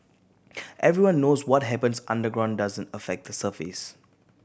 everyone knows what happens underground doesn't affect the surface